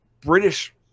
British